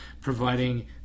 Providing